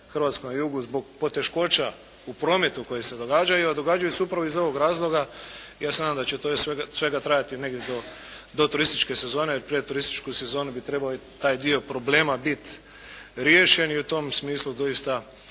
hrvatskom jugu zbog poteškoća u prometu koje se događaju, a događaju se upravo iz ovog razloga, ja se nadam da će to sve trajati negdje do turističke sezone, jer prije turističke sezone bi trebali taj dio problema biti riješen i u tom smislu doista